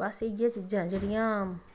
बस इ'यै चीजां च जेह्ड़ियां